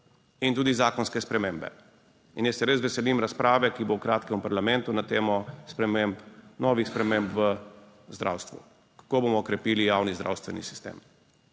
in tudi zakonske spremembe. In jaz se res veselim razprave, ki bo v kratkem v parlamentu na temo sprememb, novih sprememb v zdravstvu, kako bomo krepili javni zdravstveni sistem,